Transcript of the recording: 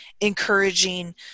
encouraging